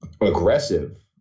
aggressive